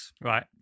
Right